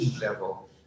level